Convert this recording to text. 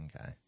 Okay